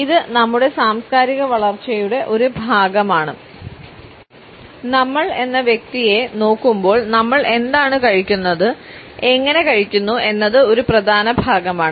ഇത് നമ്മുടെ സാംസ്കാരിക വളർച്ചയുടെ ഒരു ഭാഗമാണ് നമ്മൾ എന്ന വ്യക്തിയെ നോക്കുമ്പോൾ നമ്മൾ എന്താണ് കഴിക്കുന്നത് എങ്ങനെ കഴിക്കുന്നു എന്നത് ഒരു പ്രധാന ഭാഗമാണ്